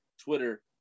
Twitter